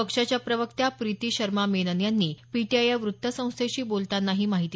पक्षाच्या प्रवक्त्या प्रीती शर्मा मेनन यांनी पीटीआय या वृत्तसंस्थेशी बोलताना ही माहिती